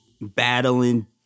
battling